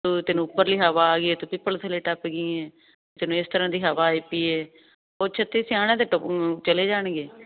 ਤੂੰ ਤੈਨੂੰ ਉੱਪਰਲੀ ਹਵਾ ਆ ਗਈ ਹੈ ਤੂੰ ਪਿੱਪਲ ਥੱਲੇ ਟੱਪ ਗਈ ਹੈ ਤੈਨੂੰ ਇਸ ਤਰ੍ਹਾਂ ਦੀ ਹਵਾ ਆਈ ਪਈ ਹੈ ਉਹ ਛੱਤੀ ਸਿਆਣਿਆਂ ਦੇ ਢੁਕ ਚਲੇ ਜਾਣਗੇ